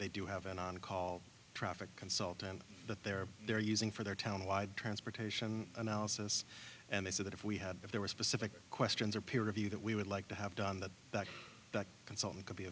they do have an on call traffic consultant that they're they're using for their town wide transportation analysis and they say that if we had if there were specific questions or peer review that we would like to have done that that consultant c